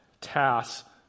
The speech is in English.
tasks